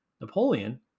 Napoleon